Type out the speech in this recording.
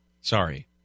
Sorry